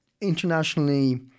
internationally